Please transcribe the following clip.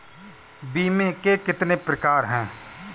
बीमे के कितने प्रकार हैं?